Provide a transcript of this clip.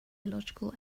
illogical